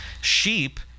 Sheep